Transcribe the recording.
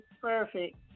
perfect